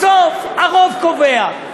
בסוף, הרוב קובע.